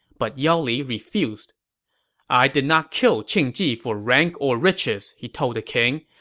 but yao li refused i did not kill qing ji for rank or riches, he told the king.